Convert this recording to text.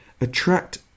attract